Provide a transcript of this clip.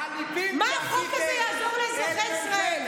מה החוק הזה יעזור לאזרחי ישראל?